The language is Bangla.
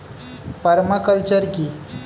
পার্মা কালচার কি?